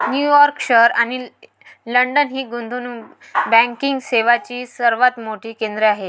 New York शहर आणि London ही गुंतवणूक बँकिंग सेवांची सर्वात मोठी केंद्रे आहेत